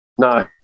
No